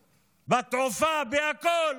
בתעופה, בכול.